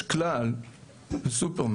יש כלל בסופר,